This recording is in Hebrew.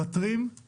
ומוותרים